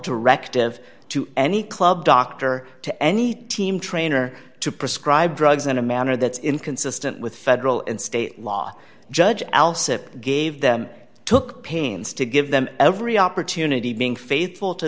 directive to any club doctor to any team trainer to prescribe drugs in a manner that's inconsistent with federal and state law judge alsip gave them took pains to give them every opportunity being faithful to